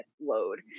load